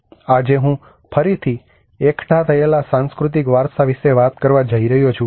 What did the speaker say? આજે હું ફરીથી એકઠા થયેલા સાંસ્કૃતિક વારસા વિશે વાત કરવા જઈ રહ્યો છું